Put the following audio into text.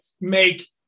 make